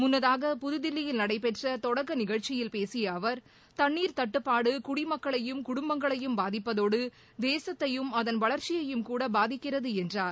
முன்னதாக புதுதில்லியில் நடைபெற்ற தொடக்க நிகழ்ச்சியில் பேசிய அவர் தண்ணீர் தட்டுப்பாடு குடிமக்களையும் குடும்பங்களையும் பாதிப்பதோடு தேசத்தையும் அதன் வளர்ச்சியையும் கூட பாதிக்கிறது என்றார்